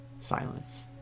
silence